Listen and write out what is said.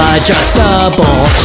Adjustable